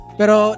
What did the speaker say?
pero